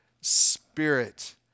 Spirit